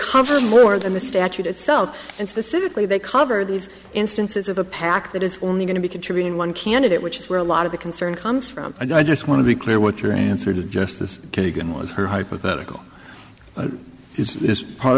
for more than the statute itself and specifically they cover these instances of a pac that is only going to be contributing one candidate which is where a lot of the concern comes from and i just want to be clear what your answer to justice kagan was her hypothetical is